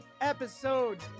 Episode